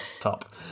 top